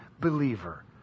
believer